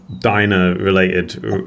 diner-related